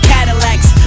Cadillacs